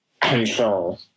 control